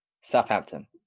Southampton